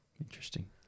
Interesting